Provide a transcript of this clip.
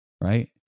right